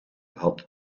had